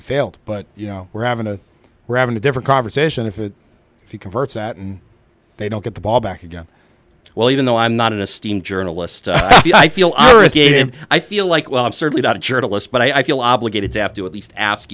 it failed but you know we're having a revenue different conversation if it converts at and they don't get the ball back again well even though i'm not a steam journalist i feel i feel like well i'm certainly not a journalist but i feel obligated to have to at least ask